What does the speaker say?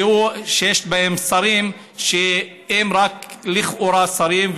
שיש בהם שרים שהם רק לכאורה שרים,